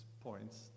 points